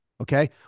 Okay